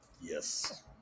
yes